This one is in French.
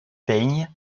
peigne